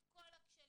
את כל הכשלים,